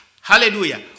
Hallelujah